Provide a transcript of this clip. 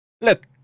look